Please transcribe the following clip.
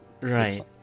right